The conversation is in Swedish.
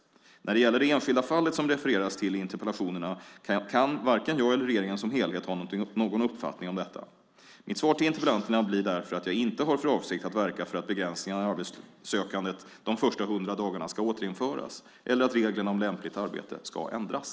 När det gäller det enskilda fallet som refereras till i interpellationerna kan varken jag eller regeringen som helhet ha någon uppfattning om detta. Mitt svar till interpellanterna blir därför att jag inte har för avsikt att verka för att begränsningarna i arbetssökandet de första 100 dagarna ska återinföras eller att reglerna om lämpligt arbete ska ändras.